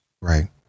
Right